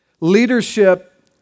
Leadership